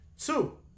Two